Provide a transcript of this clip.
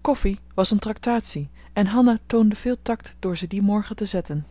koffie was een tractatie en hanna toonde veel tact door ze dien morgen te zetten